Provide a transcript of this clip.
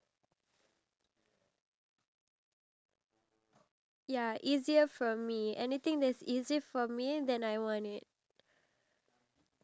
ya but at the end of the day I just feel like it's no use you already gave birth to five kittens and only now you being sterilised so